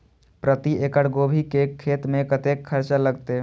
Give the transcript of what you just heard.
प्रति एकड़ गोभी के खेत में कतेक खर्चा लगते?